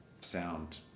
sound